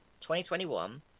2021